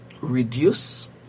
reduce